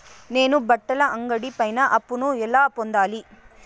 నేను బట్టల అంగడి పైన అప్పును ఎలా పొందాలి?